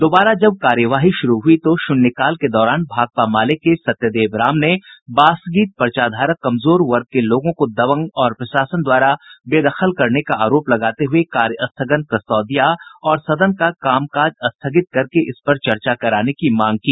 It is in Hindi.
दोबारा जब कार्यवाही शुरू हुई तो शून्यकाल के दौरान भाकपा माले के सत्यदेव राम ने बासगीत पर्चाधारक कमजोर वर्ग के लोगों को दबंग और प्रशासन द्वारा बेदखल करने का आरोप लगाते हुए कार्यस्थगन प्रस्ताव दिया और सदन का कामकाज स्थगित करके इस पर चर्चा कराने की मांग की